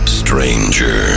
stranger